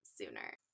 sooner